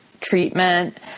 treatment